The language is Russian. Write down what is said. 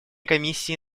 комиссии